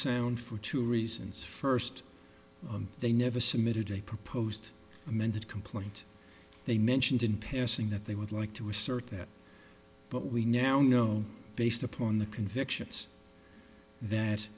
sound for two reasons first they never submitted a proposed amended complaint they mentioned in passing that they would like to assert that but we now know based upon the convictions that